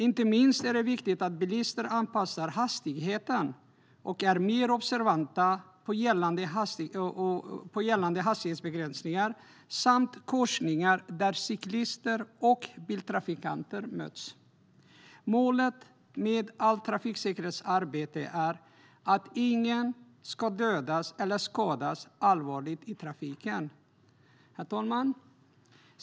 Inte minst är det viktigt att bilister anpassar hastigheten och är mer observanta på gällande hastighetsbegränsningar samt på korsningar där cyklister och biltrafikanter möts. Målet med allt trafiksäkerhetsarbete är att ingen ska dödas eller skadas allvarligt i trafiken. Herr talman!